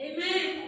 Amen